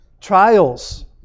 Trials